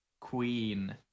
Queen